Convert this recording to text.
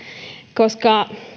koska